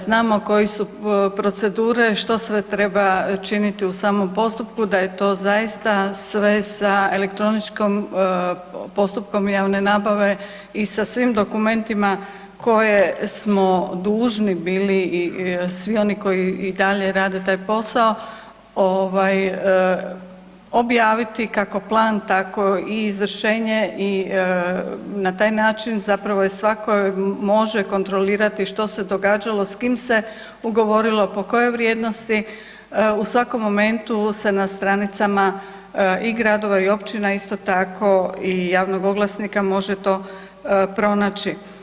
Da, hvala lijepo, da točno je, znamo koje su procedure, što sve treba činiti u samom postupku da je to zaista sve sa elektroničkom postupkom javne nabave i sa svim dokumentima koje smo dužni bili i svi oni koji i dalje rade taj posao ovaj objaviti kako plan, tako i izvršenje i na taj način zapravo je svako može kontrolirati što se događalo, s kim se ugovorilo, po kojoj vrijednosti, u svakom momentu se na stranicama i gradova i općina isto tako i javnog oglasnika može to pronaći.